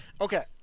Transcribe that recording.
Okay